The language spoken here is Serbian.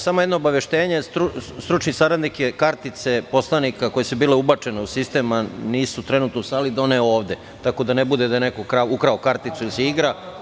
Samo jedno obaveštenje, stručni saradnik je kartice koje su bile ubačene u sistem poslanika koji nisu trenutno u sali doneo ovde, tako da ne bude da je neko ukrao kartice ili se igra.